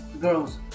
girls